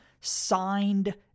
signed